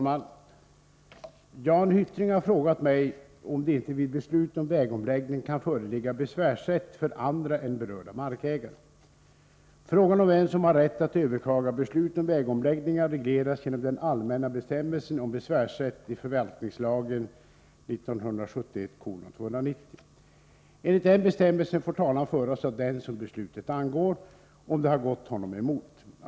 Herr talman! Jan Hyttring har frågat mig om det inte vid beslut om vägomläggning kan föreligga besvärsrätt för andra än berörda markägare. Frågan om vem som har rätt att överklaga beslut om vägomläggningar regleras genom den allmänna bestämmelsen om besvärsrätt i förvaltningslagen . Enligt den bestämmelsen får talan föras av den som beslutet angår, om det har gått honom emot.